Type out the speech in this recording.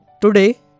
Today